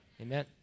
Amen